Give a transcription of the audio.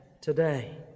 today